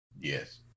Yes